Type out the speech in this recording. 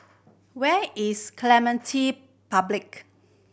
where is Clementi Public